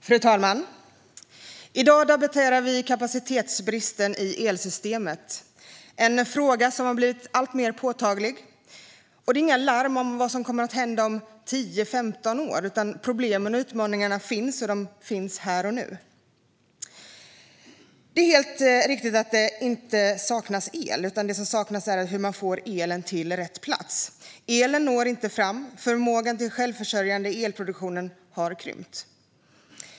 Fru talman! I dag debatterar vi kapacitetsbristen i elsystemet, en fråga som blivit alltmer påtaglig. Det är inte ett larm om vad som kommer att hända om tio femton år, utan problemen och utmaningarna finns här och nu. Det är helt riktigt att det inte saknas el. Det handlar om hur man får elen till rätt plats. Den når inte fram. Vår förmåga till en självförsörjande elproduktion har krympt.